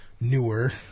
newer